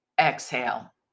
Exhale